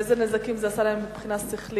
איזה נזקים זה עשה להם מבחינה שכלית,